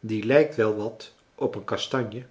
die lijkt wel wat op een kastanje